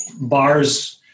bars